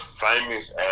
famous